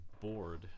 bored